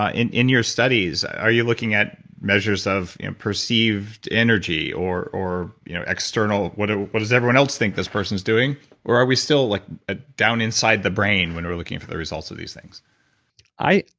ah in in your studies, are you looking at measures of perceived energy or or external. what ah what does everyone else think this person's doing or are we still like ah down inside the brain when we're looking for the results of these things no,